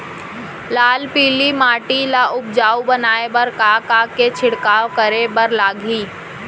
लाल पीली माटी ला उपजाऊ बनाए बर का का के छिड़काव करे बर लागही?